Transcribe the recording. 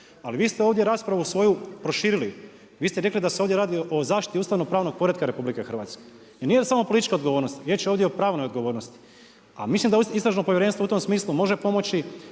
Ali vi ste ovdje raspravu proširili, vi ste ovdje rekli da se radi o zaštiti ustavno-pravno poretka RH. I nije samo politička odgovornost, riječ je ovdje i o pravnoj odgovornosti. A mislim da istražno povjerenstvo u tom smislu može pomože